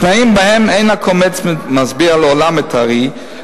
תנאים שבהם אין הקומץ משביע לעולם את הארי,